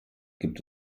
gibt